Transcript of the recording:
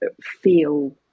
feel